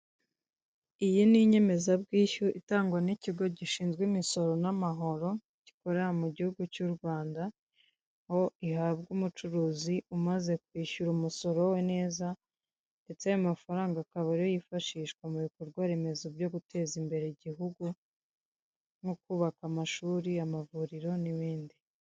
Iyi ni inyemezabwishyu itangwa n'ikigo gishinzwe imisoro n'amahoro gikorera mu guhugu cy'u Rwanda, aho ihabwa umucuruzi umaze kwishyura umusoro neza ndetse ayo amafaranga akaba ari yo yifashishwa mu bikorwaremezo byo guteza imbere igihugu nko kubaka amashuri, amavuriro n'ibindi.